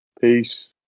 Peace